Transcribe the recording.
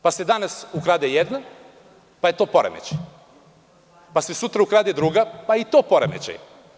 Pa se danas ukrade jedna, pa je to poremećaj, pa se sutra ukrade i druga pa je to poremećaj.